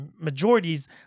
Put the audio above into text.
majorities